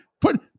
put